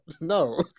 No